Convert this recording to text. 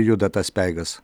juda tas speigas